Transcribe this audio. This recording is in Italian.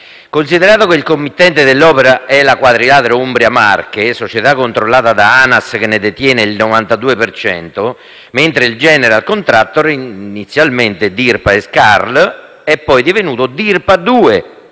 considerato che il committente dell'opera è la Quadrilatero Marche-Umbria SpA, società controllata da ANAS, che ne detiene il 92 per cento, mentre il *general contractor*, inizialmente Dirpa Scarl, è poi divenuto Dirpa 2